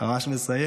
אני ממש מסיים.